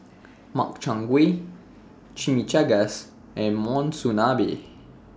Makchang Gui Chimichangas and Monsunabe